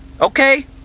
Okay